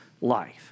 life